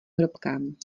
hrobkám